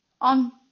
on